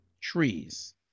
trees